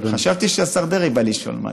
חשבתי שהשר דרעי בא לשאול משהו.